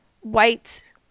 white